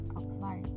apply